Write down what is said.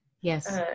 Yes